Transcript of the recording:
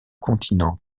continent